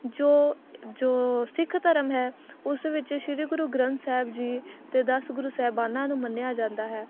ਜੋ ਜੋ ਸਿੱਖ ਧਰਮ ਹੈ ਉਸ ਵਿੱਚ ਸ਼੍ਰੀ ਗੁਰੂ ਗ੍ਰੰਥ ਸਾਹਿਬ ਜੀ ਅਤੇ ਦਸ ਗੁਰੂ ਸਾਹਿਬਾਨਾਂ ਨੂੰ ਮੰਨਿਆ ਜਾਂਦਾ ਹੈ